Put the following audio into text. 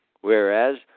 Whereas